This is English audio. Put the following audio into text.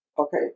Okay